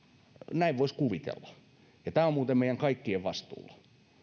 näin voisi kuvitella ja tämä on muuten meidän kaikkien vastuulla